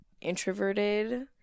introverted